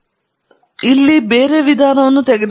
ಆದ್ದರಿಂದ ಇಲ್ಲಿ ಬೇರೆ ವಿಧಾನವನ್ನು ತೆಗೆದುಕೊಳ್ಳೋಣ